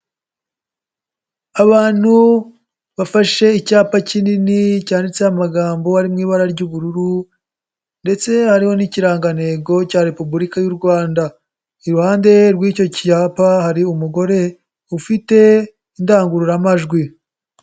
Abantu bafashe icyapa kinini cyanditseho amagambo ari mu ibara ry'ubururu ndetse hariho n'ikirangantego cya Repubulika y'u Rwanda, iruhande rw'icyo kipa hari umugore ufite indangururamajwi.